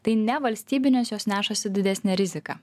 tai ne valstybinės jos nešasi didesnę riziką